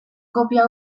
kopia